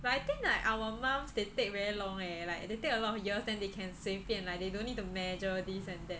but I think like our moms they take very long leh like they take a lot of years then they can 随便 like they don't need to measure this and that